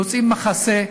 מוצאים מחסה,